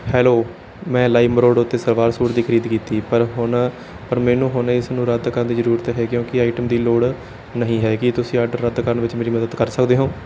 hello ਮੈਂ LimeRoad ਉੱਤੇ salwar suit ਦੀ ਖਰੀਦ ਕੀਤੀ ਪਰ ਹੁਣ ਪਰ ਮੈਨੂੰ ਹੁਣ ਇਸ ਨੂੰ ਰੱਦ ਕਰਨ ਦੀ ਜ਼ਰੂਰਤ ਹੈ ਕਿਉਂਕਿ ਆਈਟਮ ਦੀ ਲੋੜ ਨਹੀਂ ਹੈ ਕੀ ਤੁਸੀਂ ਆਰਡਰ ਰੱਦ ਕਰਨ ਵਿੱਚ ਮੇਰੀ ਮੱਦਦ ਕਰ ਸਕਦੇ ਹੋ